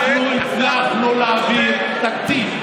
אנחנו הצלחנו להעביר תקציב,